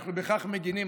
בכך אנחנו מגינים.